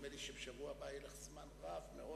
נדמה לי שבשבוע הבא יהיה לך זמן רב מאוד,